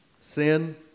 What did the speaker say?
sin